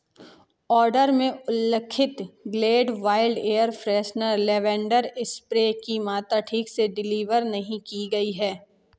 order में उल्लिखित Glade wild air freshener lavender spray की मात्रा ठीक से डिलीवर नहीं की गई है